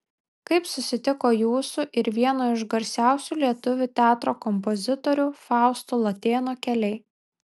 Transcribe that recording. kaip susitiko jūsų ir vieno iš garsiausių lietuvių teatro kompozitorių fausto latėno keliai